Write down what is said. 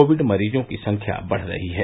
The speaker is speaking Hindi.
कोविड मरीजों की संख्या बढ़ रही है